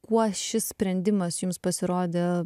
kuo šis sprendimas jums pasirodė